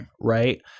Right